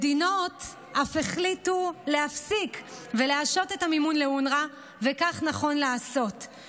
אמר אותו מפקד פלגת לוחמים: רואים איך אונר"א מאפשר לחמאס לעשות שימוש